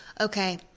okay